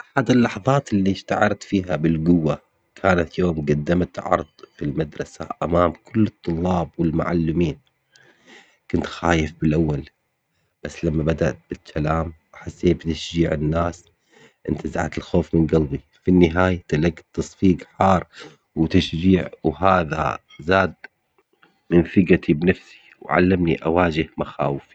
أحد اللحظات اللي شعرت فيها بالقوة كانت يوم قدمت عرض المدرسة امام كل الطلاب والمعلمين، كنت خايف بالأول بس لما بدأت الكلام حسيت بتشجيع الناس انتزعت الخوف من قلبي، في النهاية تلقت تصفيق حار وتشجيع وهذا زاد من ثقتي بنفسي وعلمني أواجه مخاوفي.